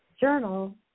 journal